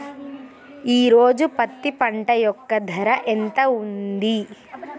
ఈ రోజు పత్తి పంట యొక్క ధర ఎంత ఉంది?